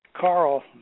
Carl